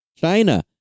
China